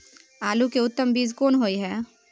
आलू के उत्तम बीज कोन होय है?